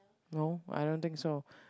no I don't think so